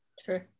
True